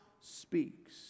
speaks